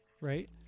right